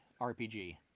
RPG